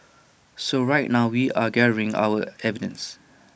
so right now we're gathering our evidence